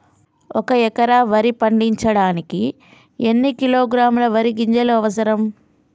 ఒక్క ఎకరా వరి పంట పండించడానికి ఎన్ని కిలోగ్రాముల వరి గింజలు అవసరం?